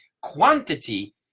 quantity